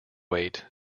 weight